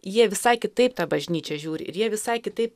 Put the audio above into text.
jie visai kitaip tą bažnyčią žiūri ir jie visai kitaip